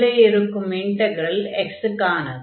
உள்ளே இருக்கும் integral x க்கானது